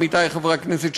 עמיתי חברי הכנסת,